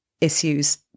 issues